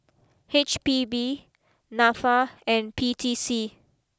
H P B NAFA and P T C